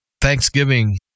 Thanksgiving